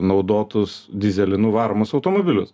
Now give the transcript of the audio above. naudotus dyzelinu varomus automobilius